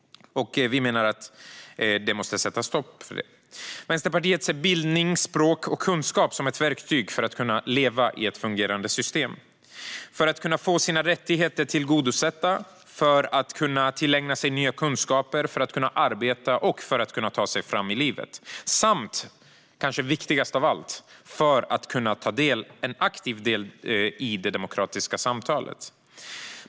Det här måste det sättas stopp för, menar vi. Vänsterpartiet ser bildning, språk och kunskap som verktyg för att kunna leva i ett fungerande system - för att kunna få sina rättigheter tillgodosedda, för att kunna tillägna sig nya kunskaper, för att kunna arbeta och ta sig fram i livet samt, vilket kanske är viktigast av allt, för att aktivt kunna delta i det demokratiska samtalet.